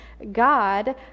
god